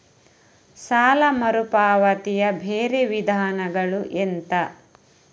ಸಾಲ ಮರುಪಾವತಿಯ ಬೇರೆ ವಿಧಾನಗಳು ಎಂತ?